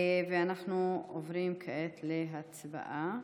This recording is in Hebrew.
אנחנו עוברים כעת להצבעה.